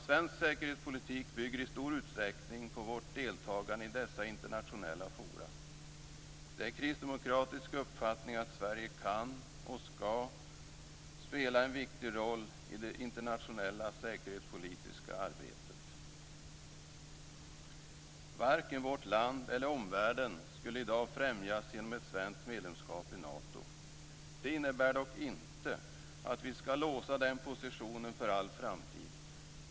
Svensk säkerhetspolitik bygger i stor utsträckning på vårt deltagande i dessa internationella forum. Det är en kristdemokratisk uppfattning att Sverige kan och skall spela en viktig roll i det internationella säkerhetspolitiska arbetet. Varken vårt land eller omvärlden skulle i dag främjas genom ett svenskt medlemskap i Nato. Det innebär dock inte att vi skall låsa den positionen för all framtid.